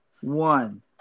One